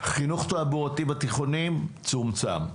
חינוך תעבורתי בתיכונים צומצם.